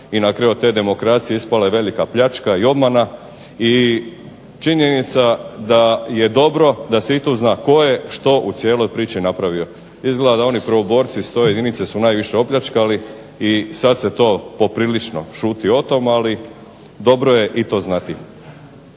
i na kraju od te demokracije ispala je velika pljačka i obmana. I činjenica da je dobro da se i tu zna tko je što u cijeloj priči napravio. Izgleda da oni prvoborci iz 101 su najviše opljačkali i sad se poprilično šuti o tome ali dobro je i to znati.